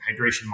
hydration